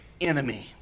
enemy